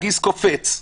הגיס קופץ,